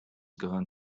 gehören